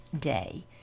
day